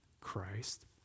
Christ